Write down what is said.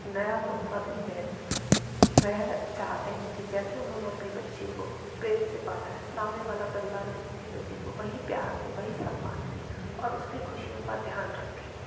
नया तोहफ़ा देते हैं वे चाहते हैं कि जैसे उन्होंने अपनी बच्ची को प्रेम से पाला है सामने वाला परिवार भी उनकी बेटी को वही प्यार दे वही सम्मान दे और उसकी ख़ुशियों का ध्यान रखें